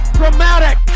dramatic